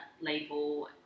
label